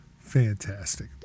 Fantastic